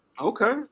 Okay